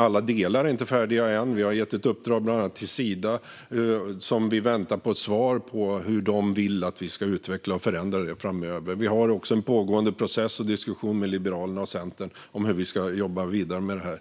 Alla delar är dock inte färdiga ännu. Vi har bland annat gett ett uppdrag till Sida och väntar på svar när det gäller hur de vill att vi ska utveckla och förändra detta framöver. Vi har också en pågående process och diskussion med Liberalerna och Centern när det gäller hur vi ska jobba vidare med detta.